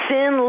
Sin